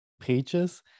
pages